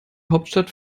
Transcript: hauptstadt